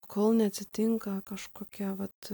kol neatsitinka kažkokia vat